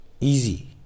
easy